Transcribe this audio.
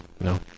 no